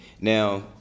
Now